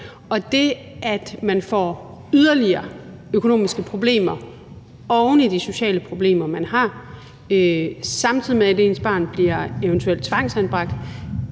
Det, at man får yderligere økonomiske problemer oven i de sociale problemer, man har, samtidig med at ens barn eventuelt bliver tvangsanbragt,